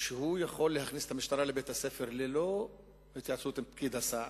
והוא יכול להכניס את המשטרה לבית-הספר ללא התייעצות עם פקיד הסעד.